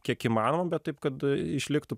kiek įmanoma bet taip kad išliktų